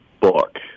book